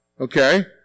Okay